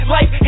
Life